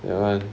ya